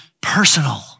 personal